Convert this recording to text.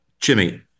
jimmy